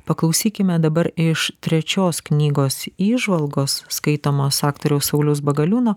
paklausykime dabar iš trečios knygos įžvalgos skaitomos aktoriaus sauliaus bagaliūno